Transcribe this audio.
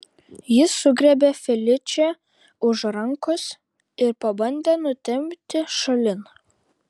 jis sugriebė feličę už rankos ir pabandė nutempti šalin